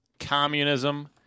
communism